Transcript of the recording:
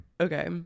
okay